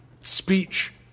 speech